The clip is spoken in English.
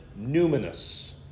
numinous